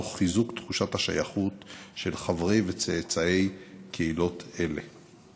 תוך חיזוק תחושת השייכות של החברים והצאצאים של קהילות אלה.